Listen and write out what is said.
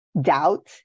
doubt